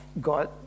God